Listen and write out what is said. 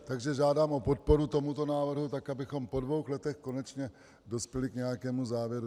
Takže žádám o podporu tomuto návrhu tak, abychom po dvou letech konečně dospěli k nějakému závěru.